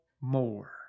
more